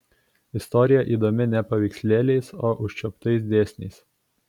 istorija įdomi ne paveikslėliais o užčiuoptais dėsniais